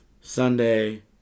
Sunday